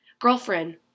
Girlfriend